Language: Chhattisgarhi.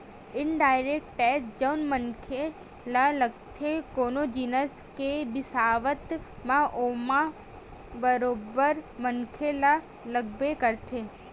इनडायरेक्ट टेक्स जउन मनखे ल लगथे कोनो जिनिस के बिसावत म ओमा बरोबर मनखे ल लगबे करथे